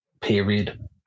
period